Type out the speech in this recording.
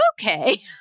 Okay